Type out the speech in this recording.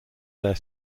their